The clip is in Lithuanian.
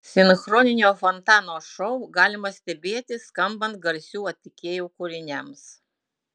sinchroninio fontano šou galima stebėti skambant garsių atlikėjų kūriniams